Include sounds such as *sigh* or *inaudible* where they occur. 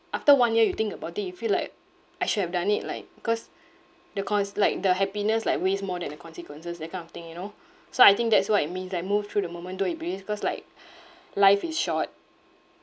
after one year you think about it you feel like I should have done it like cause the cons~ like the happiness like weighs more than the consequences that kind of thing you know so I think that's what it means like move through the moment though it betrays cause like *breath* life is short